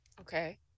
Okay